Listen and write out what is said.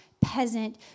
peasant